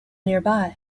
nearby